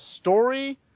story